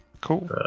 cool